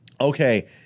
okay